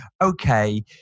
okay